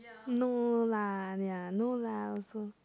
no lah ya no lah also